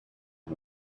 and